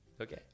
Okay